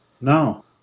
No